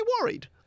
worried